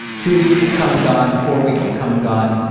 two weeks have come and gone. four weeks have come and gone.